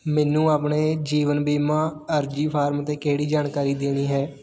ਮੈਨੂੰ ਆਪਣੇ ਜੀਵਨ ਬੀਮਾ ਅਰਜ਼ੀ ਫਾਰਮ 'ਤੇ ਕਿਹੜੀ ਜਾਣਕਾਰੀ ਦੇਣੀ ਹੈ